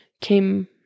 came